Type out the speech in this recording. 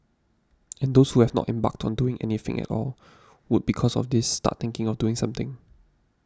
and those who have not embarked on doing anything at all would because of this start thinking of doing something